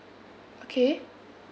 okay